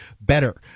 better